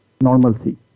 normalcy